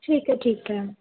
ਠੀਕ ਹੈ ਠੀਕ ਹੈ